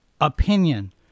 opinion